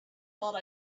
thought